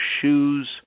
shoes